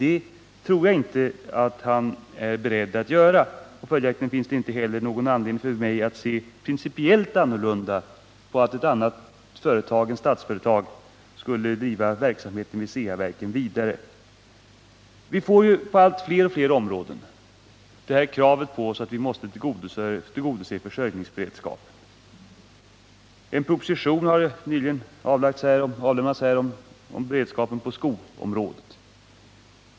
Det tror jag inte att han är beredd att göra. Följaktligen finns det inte heller någon anledning för mig att se principiellt annorlunda på att ett annat företag än Statsföretag skall driva verksamheten vid Ceaverken vidare. Vi får på allt fler områden kravet på oss att vi skall tillgodose försörjningsberedskapen. En proposition har nyligen avlämnats här om beredskapen på skoområdet.